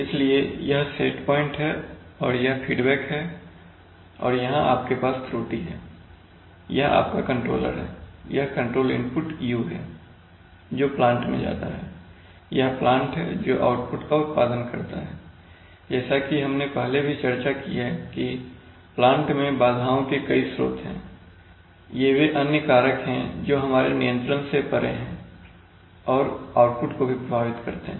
इसलिए यह set point है और यह फीडबैक है और यहाँ आपके पास त्रुटि है यह आपका कंट्रोलर है यह कंट्रोल इनपुट u है जो प्लांट में जाता है यह प्लांट है जो आउटपुट का उत्पादन करता है जैसा कि हमने पहले भी चर्चा की है कि प्लांट में बाधाओं के कई स्रोत हैंये वे अन्य कारक हैं जो हमारे नियंत्रण से परे हैं और आउटपुट को भी प्रभावित करते हैं